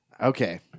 Okay